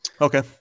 Okay